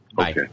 Okay